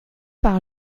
par